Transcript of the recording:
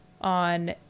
on